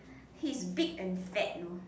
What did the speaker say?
he's big and fat know